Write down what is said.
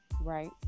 right